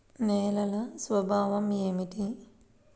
నేలల స్వభావం ఏమిటీ?